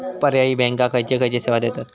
पर्यायी बँका खयचे खयचे सेवा देतत?